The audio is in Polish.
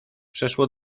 przeszło